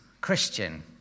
Christian